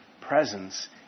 presence